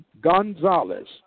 Gonzalez